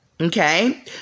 Okay